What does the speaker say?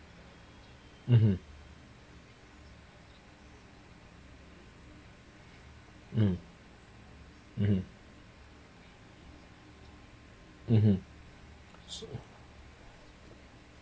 mmhmm um mmhmm mmhmm